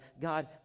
God